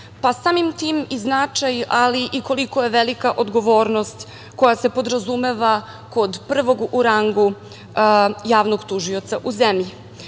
pa samim tim i značaj ali i koliko je velika odgovornost koja se podrazumeva kod prvog u rangu javnog tužioca u zemlji. Javna